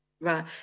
Right